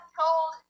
told